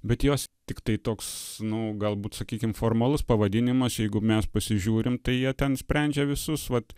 bet jos tiktai toks nu galbūt sakykim formalus pavadinimas jeigu mes pasižiūrim tai jie ten sprendžia visus vat